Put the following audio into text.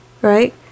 right